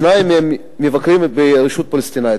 ושניים מהם מבקרים ברשות הפלסטינית.